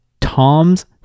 Tom's